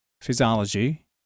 physiology